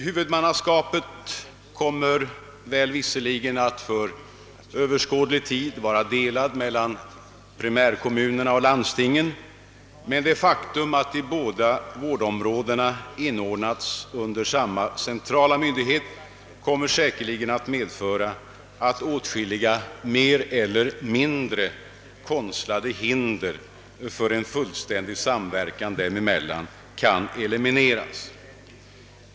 Huvudmannaskapet kommer väl visserligen att för överskådlig tid vara delat mellan primärkommunerna och landstingen, men det faktum att de båda vårdområdena inordnats under samma centrala myndighet kommer säkerligen att medföra att åtskilliga mer eller mindre konstlade hinder för en fullständig samverkan dem emellan kan elimineras.